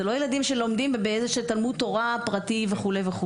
לא ילדים שלומדים באיזה תלמוד תורה פרטי וכולי.